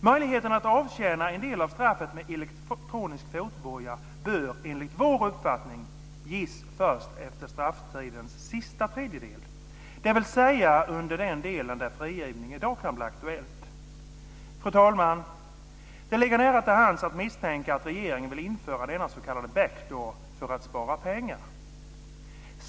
Möjligheten att avtjäna en del av straffet med elektronisk fotboja bör enligt vår uppfattning ges först under strafftidens sista tredjedel, dvs. under den delen då villkorlig frigivning i dag kan bli aktuellt. Fru talman! Det ligger nära till hands att misstänka att regeringen vill införa denna s.k. back door för att spara pengar.